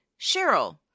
Cheryl